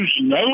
no